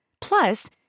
Plus